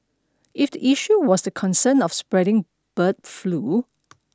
if the issue was concern of spreading bird flu